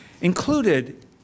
included